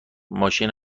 ماشین